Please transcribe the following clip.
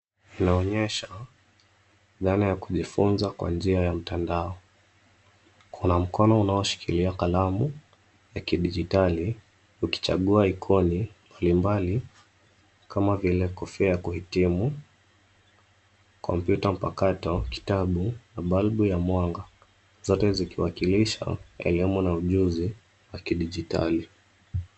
Linaonyesha dhana ya kujifunza kwa njia ya mtandao. Kuna mkono unaoshikilia kalamu ya kidigitali ukichagua ikoni mbalimbali kama vile kofia ya kuhitimu, kompyuta mpakato, kitabu na balbu ya mwanga zote zikiwakilisha elimu na ujuzi ya kidigitali.